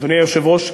אדוני היושב-ראש,